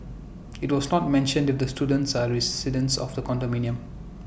IT was not mentioned if the students are residents of the condominium